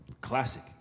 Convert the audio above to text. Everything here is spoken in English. Classic